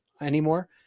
anymore